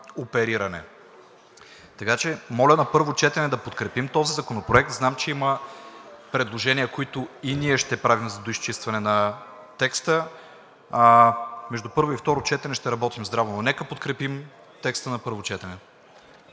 опериране. Моля на първо четене да подкрепим този законопроект. Знам, че има предложения, които и ние ще направим за доизчистване на текста. Между първо и второ четене ще работим здраво, но нека да подкрепим текста на първо четене.